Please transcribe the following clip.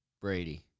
Brady